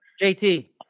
JT